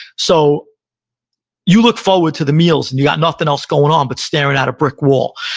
so you look forward to the meals, and you got nothing else going on but staring at a brick wall,